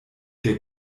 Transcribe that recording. der